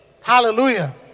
Hallelujah